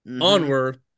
Onward